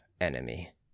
enemy